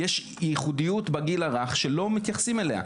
יש ייחודיות בגיל הרך שלא מתייחסים אליה.